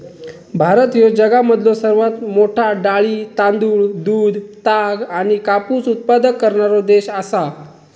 भारत ह्यो जगामधलो सर्वात मोठा डाळी, तांदूळ, दूध, ताग आणि कापूस उत्पादक करणारो देश आसा